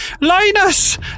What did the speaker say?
Linus